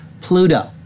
Pluto